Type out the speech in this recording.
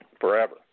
forever